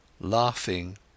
Laughing